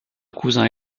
cousin